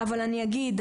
אבל אני אגיד,